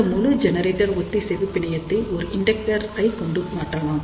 இந்த முழு ஜெனரேட்டர் ஒத்திசைவு பிணையத்தை ஒரு இண்டெக்டர் ஐ கொண்டு மாற்றலாம்